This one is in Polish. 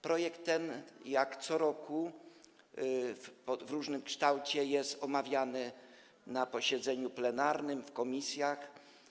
Projekt ten co roku w różnym kształcie jest omawiany na posiedzeniu plenarnym, w komisjach.